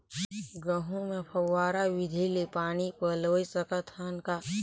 गहूं मे फव्वारा विधि ले पानी पलोय सकत हन का?